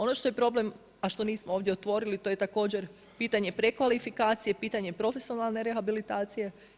Ono što je problem, a što nismo ovdje otvorili to je također pitanje prekvalifikacije, pitanje profesionalne rehabilitacije.